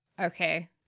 Okay